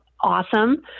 awesome